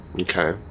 Okay